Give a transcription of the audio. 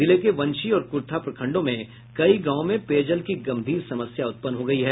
जिले के वंशी और कुर्था प्रखंडों में कई गांवों में पेयजल की गंभीर समस्या उत्पन्न हो गयी है